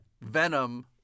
Venom